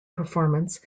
performance